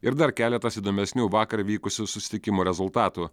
ir dar keletas įdomesnių vakar vykusių susitikimų rezultatų